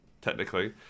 technically